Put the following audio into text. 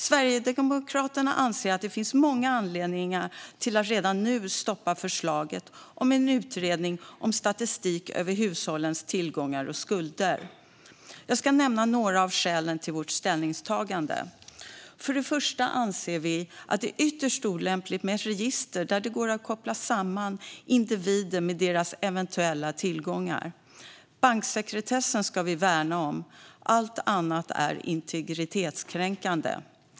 Sverigedemokraterna anser att det finns många anledningar till att redan nu stoppa förslaget om en utredning om statistik över hushållens tillgångar och skulder. Jag ska nämna några av skälen till vårt ställningstagande. Vi anser att det är ytterst olämpligt med ett register där det går att koppla samman individer med deras eventuella tillgångar. Banksekretessen ska vi värna om; allt annat är integritetskränkande.